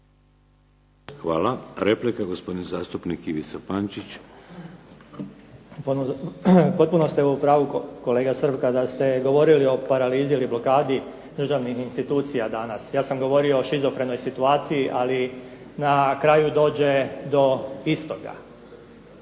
Hvala. Replika gospodin zastupnik Ivica Pančić. **Pančić, Ivica (Nezavisni)** Potpuno ste u pravu kolega Srb kada ste govorili o paralizi ili blokadi državnih institucija danas, ja sam govorio o šizofrenoj situaciji ali na kraju dođe do istoga.